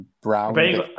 Brown